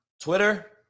Twitter